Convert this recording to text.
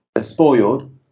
spoiled